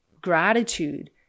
gratitude